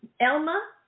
Elma